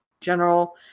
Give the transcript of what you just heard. General